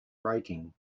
braking